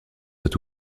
soit